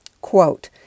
Quote